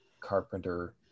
Carpenter